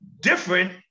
different